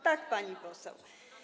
Tak, pani poseł.